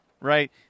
right